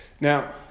Now